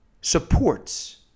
supports